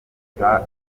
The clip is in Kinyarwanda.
leta